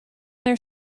their